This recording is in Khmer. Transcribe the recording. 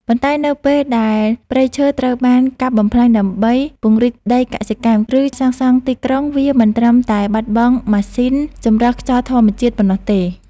ប៉ុន្តែនៅពេលដែលព្រៃឈើត្រូវបានកាប់បំផ្លាញដើម្បីពង្រីកដីកសិកម្ម ឬសាងសង់ទីក្រុង វាមិនត្រឹមតែបាត់បង់ម៉ាស៊ីនចម្រោះខ្យល់ធម្មជាតិប៉ុណ្ណោះទេ។